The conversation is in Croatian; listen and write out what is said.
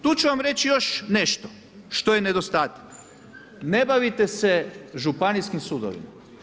Tu ću vam reći još nešto što je nedostatak, ne bavite se županijskim sudovima.